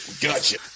gotcha